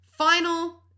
Final